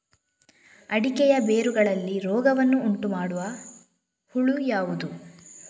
ಅಡಿಕೆಯ ಬೇರುಗಳಲ್ಲಿ ರೋಗವನ್ನು ಉಂಟುಮಾಡುವ ಹುಳು ಯಾವುದು?